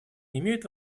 имеют